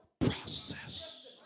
Process